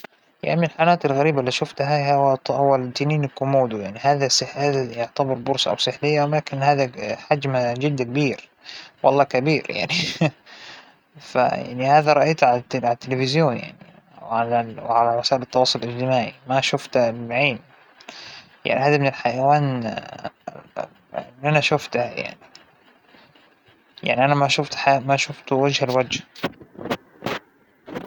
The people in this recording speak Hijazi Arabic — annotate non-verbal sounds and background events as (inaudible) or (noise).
أكبر حيوان جيت شفته كان الفيل- الفيل الإفريقى، هذا اللى عنده ناب أبيض من العاج، (hesitation) وين شفته ومتى، وأنى صغيرة كان- كنا بحديقة الحيوان، وإنه كان هونيك، هذا كان أكبر حيوان شفته.